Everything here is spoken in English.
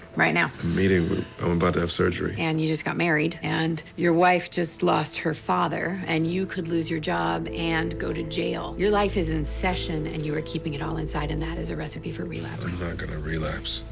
right now. meeting, i'm about to have surgery. and you just got married and your wife just lost her father and you could lose your job and go to jail. you life is in cession and you are keeping it all inside and that is a recipe for relapse. i'm not gonna relapse.